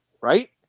right